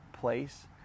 place